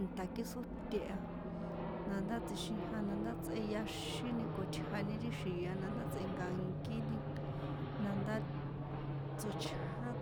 Inta kjíxróte a na ndá tsjixijan na ndá tsꞌeyaxín con tjan ri xia na ndá tsꞌe̱nka̱nkíni na ndá tsochján